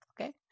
okay